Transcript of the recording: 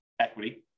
equity